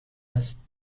است